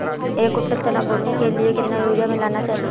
एक कुंटल चना बोने के लिए कितना यूरिया मिलाना चाहिये?